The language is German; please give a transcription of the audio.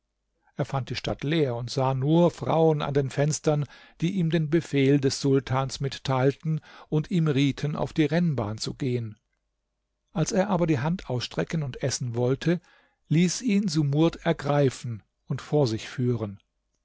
er fand die stadt leer und sah nur frauen an den fenstern die ihm den befehl des sultans mitteilten und ihm rieten auf die rennbahn zu gehen als er aber die hand ausstrecken und essen wollte ließ ihn sumurd ergreifen und vor sich führen